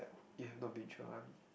you have not been through army